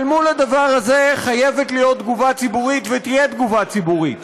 אבל מול הדבר הזה חייבת להיות תגובה ציבורית ותהיה תגובה ציבורית.